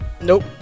nope